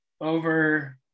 over